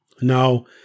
Now